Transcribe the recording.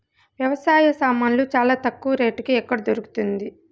వ్యవసాయ సామాన్లు చానా తక్కువ రేటుకి ఎక్కడ దొరుకుతుంది?